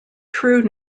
true